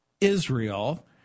Israel